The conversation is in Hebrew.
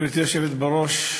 גברתי היושבת בראש,